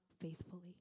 faithfully